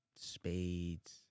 spades